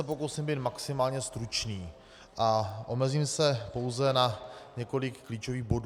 Pokusím se být maximálně stručný a omezím se pouze na několik klíčových bodů.